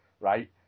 right